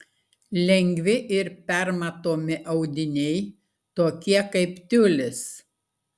lengvi ir permatomi audiniai tokie kaip tiulis